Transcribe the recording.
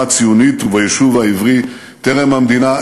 הציונית וביישוב העברי טרם המדינה.